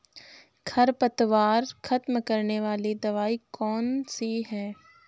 खरपतवार खत्म करने वाली दवाई कौन सी है?